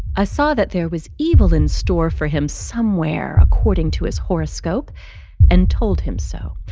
ah saw that there was evil in store for him somewhere according to his horoscope and told him so.